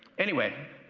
anyway.